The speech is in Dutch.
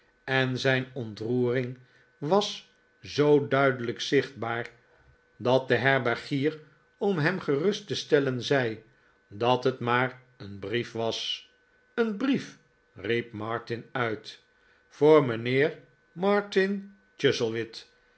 en zijn ontroering was zoo duidelijk zichtbaar dat deherbergier om hem gerust te stellen zei dat het maar een brief was een brief riep martin uit voor mijnheer